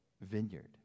vineyard